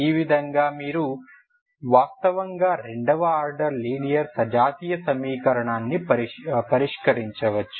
ఈ విధంగా మీరు వాస్తవంగా రెండవ ఆర్డర్ లీనియర్ సజాతీయ సమీకరణాన్ని పరిష్కరించవచ్చు